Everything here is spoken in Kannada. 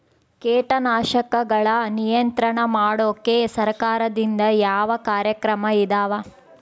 ಕೇಟನಾಶಕಗಳ ನಿಯಂತ್ರಣ ಮಾಡೋಕೆ ಸರಕಾರದಿಂದ ಯಾವ ಕಾರ್ಯಕ್ರಮ ಇದಾವ?